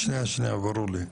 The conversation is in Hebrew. שנייה, זה ברור לי.